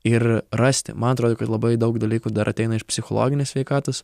ir rasti man atrodo labai daug dalykų dar ateina ir psichologinės sveikatos